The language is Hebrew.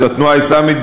של התנועה האסלאמית,